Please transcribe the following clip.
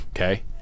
Okay